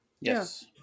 yes